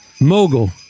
mogul